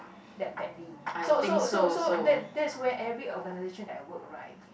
that badly so so so so that that's where every organisation that I work right